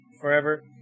forever